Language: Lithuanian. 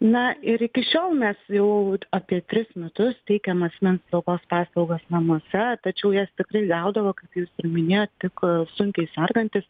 na ir iki šiol mes jau apie tris metus teikiam asmens slaugos paslaugas namuose tačiau jas tikrai gaudavo kaip jūs ir minėjot tik sunkiai sergantys